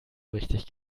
richtig